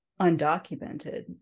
undocumented